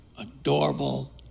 adorable